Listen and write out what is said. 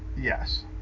Yes